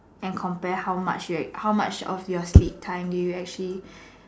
and compare how much how much of your sleep time do you actually